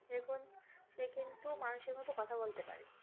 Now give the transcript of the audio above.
সে কোন সে কিন্তু মানুষের মতো কথা বলতে পারে